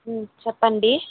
చెప్పండి